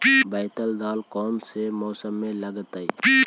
बैतल दाल कौन से मौसम में लगतैई?